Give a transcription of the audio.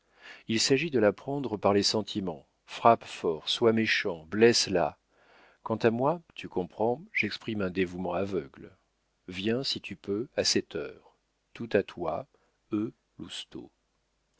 il s'agit de la prendre par les sentiments frappe fort soit méchant blesse la quant à moi tu comprends j'exprime un dévouement aveugle viens si tu peux à sept heures tout à toi